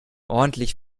ordentlich